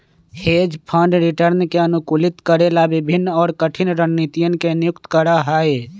hedge fund return के अनुकूलित करे ला विभिन्न और कठिन रणनीतियन के नियुक्त करा हई